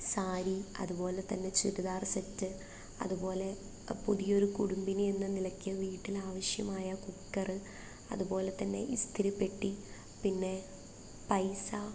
സാരി അതുപോലെത്തന്നെ ചുരിദാർ സെറ്റ് അതുപോലെ പുതിയൊരു കുടുംബിനി എന്ന നിലയ്ക്ക് വീട്ടിലാവശ്യമായ കുക്കറ് അതുപോലെത്തന്നെ ഇസ്തിരിപ്പെട്ടി പിന്നെ പൈസ